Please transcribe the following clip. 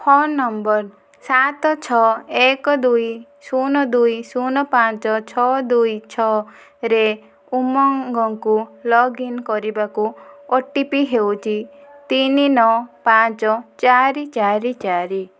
phone number ସାତ ଛଅ ଏକ ଦୁଇ ଶୂନ ଦୁଇ ଶୂନ ପାଞ୍ଚ ଛଅ ଦୁଇ ଛଅରେ ଉମଙ୍ଗକୁ ଲଗ୍ଇନ କରିବାକୁ ଓଟିପି ହେଉଛି ତିନି ନଅ ପାଞ୍ଚ ଚାରି ଚାରି ଚାରି